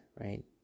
right